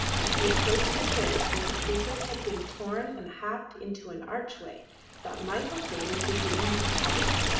as he approached a place where the creepers had been torn and hacked into an archway that might have been the beginning of a path.